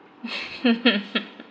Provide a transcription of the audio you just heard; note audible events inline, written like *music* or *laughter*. *laughs*